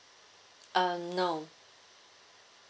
uh no